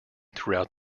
throughout